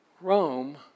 Rome